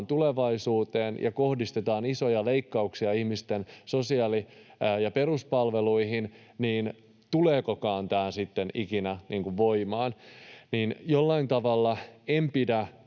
tulevaisuuteen ja kohdistetaan isoja leikkauksia ihmisten sosiaali- ja peruspalveluihin, niin tuleekokaan tämä sitten ikinä voimaan. Jollain tavalla en pidä